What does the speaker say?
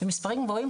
מערכת ההולכה,